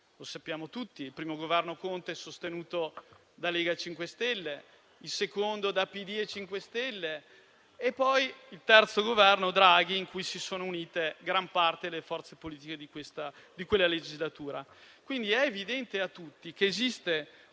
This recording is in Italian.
Lo sappiamo tutti: il primo Governo Conte, sostenuto da Lega e 5 Stelle, il secondo da PD e 5 Stelle e poi il terzo, il Governo Draghi, in cui si sono unite gran parte delle forze politiche di quella legislatura. Quindi, è evidente a tutti che esiste un